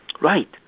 right